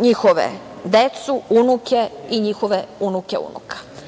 njihovu decu, unuke i unuke unuka. Ja